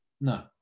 No